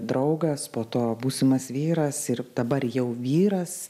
draugas po to būsimas vyras ir dabar jau vyras